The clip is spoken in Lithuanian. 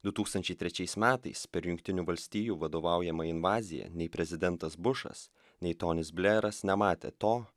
du tūkstančiai trečiais metais per jungtinių valstijų vadovaujamą invaziją nei prezidentas bušas nei tonis bleras nematė to